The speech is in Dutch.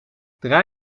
draai